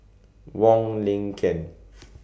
Wong Lin Ken